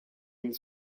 den